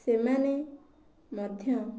ସେମାନେ ମଧ୍ୟ